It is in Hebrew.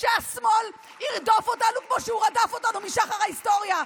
שהשמאל ירדוף אותנו כמו שהוא רדף אותנו משחר ההיסטוריה.